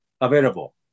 available